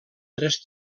tres